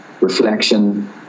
reflection